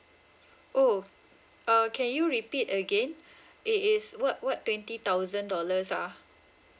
oh uh can you repeat again it is what what twenty thousand dollars ah